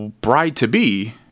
bride-to-be